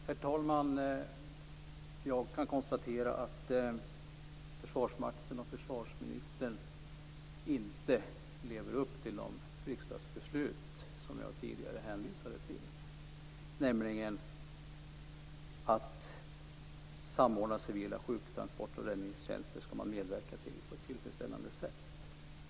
Herr talman! Jag kan konstatera att försvarsmakten och försvarsministern inte lever upp till de riksdagsbeslut som jag tidigare hänvisade till, nämligen att man skall medverka till att samordna civila sjuktransporter och räddningstjänster på ett tillfredsställande sätt.